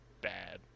bad